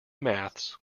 maths